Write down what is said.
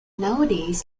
nowadays